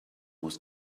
was